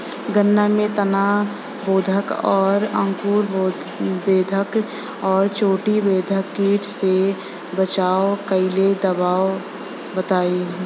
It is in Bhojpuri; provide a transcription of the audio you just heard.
गन्ना में तना बेधक और अंकुर बेधक और चोटी बेधक कीट से बचाव कालिए दवा बताई?